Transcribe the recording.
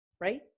right